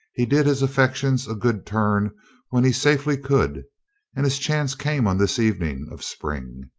he did his affections a good turn when he safely could and his chance came on this evening of spring.